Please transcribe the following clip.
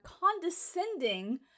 condescending